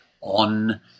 on